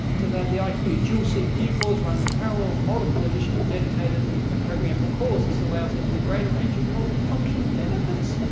to that of the eyeq. yeah dual cpu cores running in parallel with multiple additional dedicated and programmable cores. this allows even a greater range of multi-function benefits.